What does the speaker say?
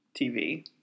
TV